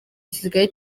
gisirikare